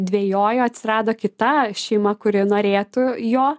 dvejojo atsirado kita šeima kuri norėtų jo